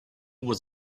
was